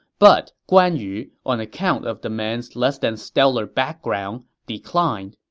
but guan yu, on account of the man's less-than-stellar background, declined.